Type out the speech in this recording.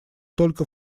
только